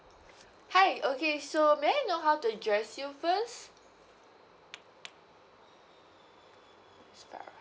hi okay so may I know how to address you first